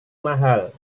mahal